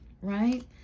right